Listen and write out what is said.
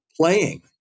playing